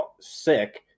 sick